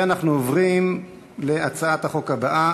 בעד, 36, אין מתנגדים ואין נמנעים.